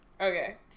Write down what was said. Okay